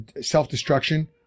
self-destruction